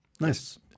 Nice